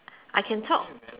I can talk